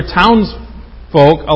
townsfolk